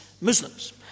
Muslims